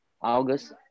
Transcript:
August